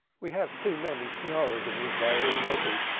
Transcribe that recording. we have too many schnorrers in israel already,